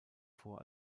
vor